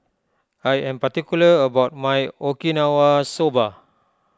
I am particular about my Okinawa Soba